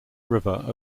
river